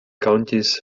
counties